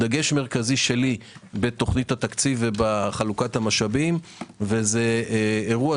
דגש מרכזי שלי בתוכנית התקציב ובחלוקת המשאבים וזה אירוע